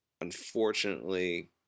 unfortunately